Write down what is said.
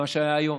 זה מה שהיה היום